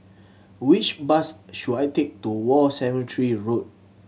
which bus should I take to War Cemetery Road